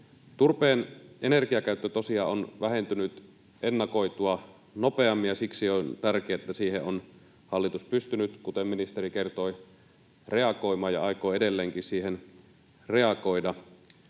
Turpeen energiakäyttö tosiaan on vähentynyt ennakoitua nopeammin, ja siksi on tärkeää, että siihen on hallitus pystynyt, kuten ministeri kertoi, reagoimaan ja aikoo edelleenkin siihen reagoida.